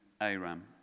Aram